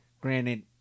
granted